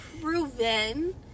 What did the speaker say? proven